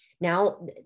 Now